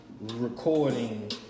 Recording